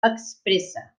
expressa